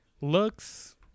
looks